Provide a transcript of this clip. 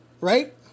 Right